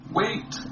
wait